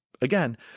Again